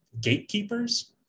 gatekeepers